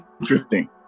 interesting